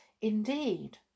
Indeed